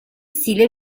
stile